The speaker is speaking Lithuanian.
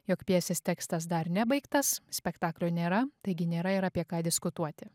jog pjesės tekstas dar nebaigtas spektaklio nėra taigi nėra ir apie ką diskutuoti